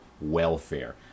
welfare